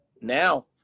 now